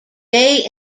day